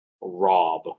Rob